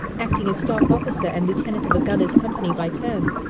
acting as staff officer and lieutenant of a gunners' company by turns,